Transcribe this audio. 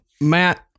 Matt